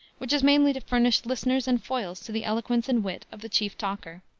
which is mainly to furnish listeners and foils to the eloquence and wit of the chief talker.